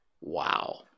Wow